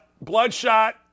Bloodshot